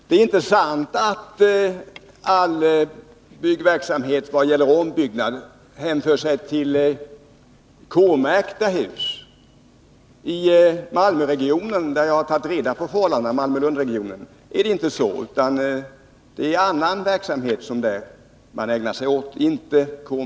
Det är inte sant att all ombyggnadsverksamhet hänför sig till K-märkta hus. I Malmö-Lundregionen, där jag har tagit reda på förhållandena, är det inte så, utan det är annan verksamhet man ägnar sig åt.